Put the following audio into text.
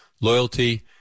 loyalty